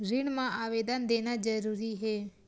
ऋण मा आवेदन देना जरूरी हे?